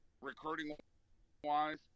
recruiting-wise